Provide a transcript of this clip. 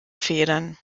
federn